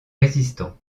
résistants